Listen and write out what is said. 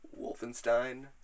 Wolfenstein